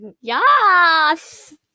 Yes